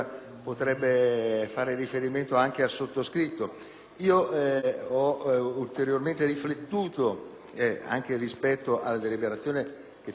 Ho ulteriormente riflettuto, anche rispetto alla deliberazione del Consiglio dei ministri,